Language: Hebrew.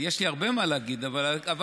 יש לי הרבה מה להגיד, תגמור עם זה.